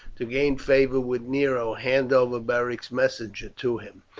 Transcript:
to gain favour with nero, hand over beric's messenger to him.